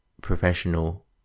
professional